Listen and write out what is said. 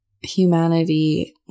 humanity